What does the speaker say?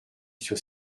sur